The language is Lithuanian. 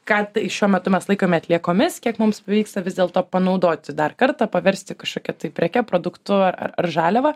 ką tai šiuo metu mes laikome atliekomis kiek mums pavyksta vis dėlto panaudoti dar kartą paversti kažkokia tai preke produktu ar ar žaliava